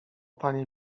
panie